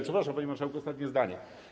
Przepraszam, panie marszałku, ostatnie zdanie.